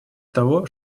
того